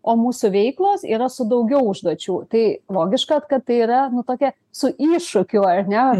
o mūsų veiklos yra su daugiau užduočių tai logiška kad tai yra tokia su iššūkiu ar ne